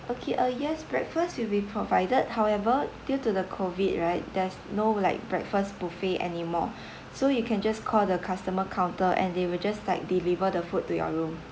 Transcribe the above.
okay uh yes breakfast will be provided however due to the COVID right there's no like breakfast buffet anymore so you can just call the customer counter and they will just like deliver the food to your room